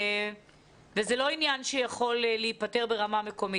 זה לא עניין שיכול להיפתר ברמה מקומית.